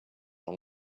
long